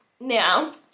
Now